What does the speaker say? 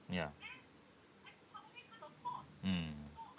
ya mm